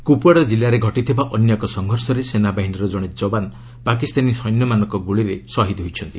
କୁପୁୱାଡା ଜିଲ୍ଲାରେ ଘଟିଥିବା ଅନ୍ୟ ଏକ ସଂଘର୍ଷରେ ସେନାବାହିନୀର ଜଣେ ଯବାନ ପାକିସ୍ତାନୀ ସୈନ୍ୟମାନଙ୍କ ଗୁଳିରେ ଶହୀଦ୍ ହୋଇଛନ୍ତି